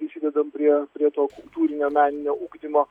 prisidedam prie prie to kultūrinio meninio ugdymo